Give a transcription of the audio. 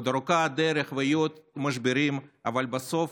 עוד ארוכה הדרך ויהיו עוד משברים, אבל בסוף